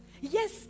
Yes